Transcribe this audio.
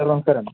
hello നമസ്കാരം